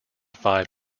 five